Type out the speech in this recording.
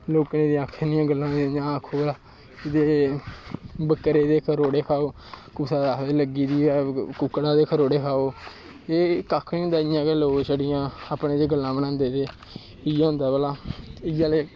लोकें दियां आखी दियां गल्लां इ'यां आखो ओड़ेआ ते बकरे दे खरोड़े खाओ कुसै गी आखदे लग्गी दी होऐ ते कुकक्ड़े दे खरोड़े खाओ ते कक्ख निं होंदा छड़ियां लोग अपनै चैं गल्लां बनांदे चते इयै होंदा भला इयै जेह्